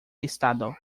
estado